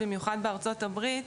ובמיוחד בארצות הברית,